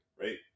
right